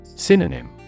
Synonym